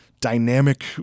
dynamic